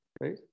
Right